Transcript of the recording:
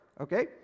Okay